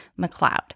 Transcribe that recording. McLeod